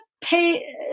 pay